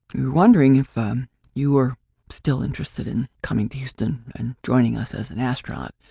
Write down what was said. wondering if um you were still interested in coming to houston and joining us as an astronaut.